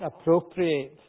appropriate